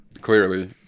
clearly